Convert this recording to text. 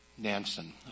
Nansen